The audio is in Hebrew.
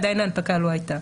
עדיין ההנפקה לא הייתה.